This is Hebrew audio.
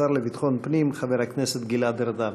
השר לביטחון הפנים חבר הכנסת גלעד ארדן.